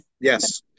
yes